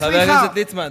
חבר הכנסת ליצמן,